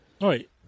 right